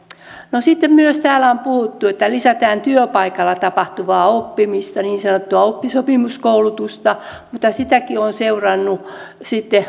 no sitten täällä on myös puhuttu että lisätään työpaikalla tapahtuvaa oppimista niin sanottua oppisopimuskoulutusta mutta sitäkin olen seurannut